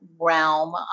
realm